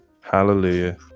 Hallelujah